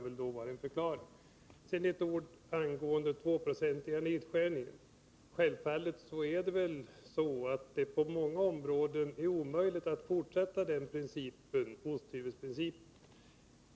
Så några ord angående den 2-procentiga nedskärningen. Självfallet är det så att det på många områden är omöjligt att fortsätta med osthyvelsprincipen.